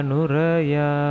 Nuraya